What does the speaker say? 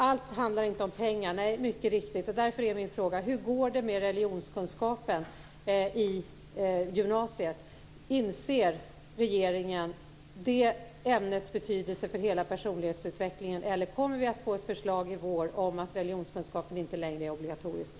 Allt handlar mycket riktigt inte om pengar. Därför är min fråga: Hur går det med religionskunskapen i gymnasiet? Inser regeringen det ämnets betydelse för hela personlighetsutvecklingen? Eller kommer det ett förslag i vår om att religionskunskap inte längre är obligatoriskt?